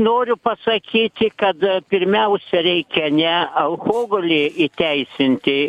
noriu pasakyti kad pirmiausia reikia ne alchogolį įteisinti